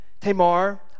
Tamar